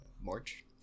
March